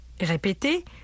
Répétez «